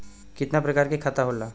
कितना प्रकार के खाता होला?